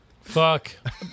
Fuck